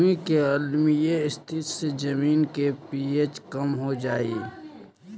भूमि के अम्लीय स्थिति से जमीन के पी.एच कम हो जा हई